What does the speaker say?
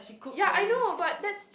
ya I know but that's